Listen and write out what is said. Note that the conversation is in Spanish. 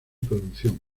producción